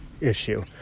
issue